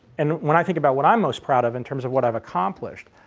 and when i think about what i'm most proud of in terms of what i've accomplished,